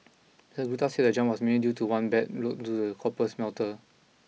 Mister Gupta said the jump was mainly due to one bad to the copper smelter